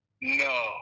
No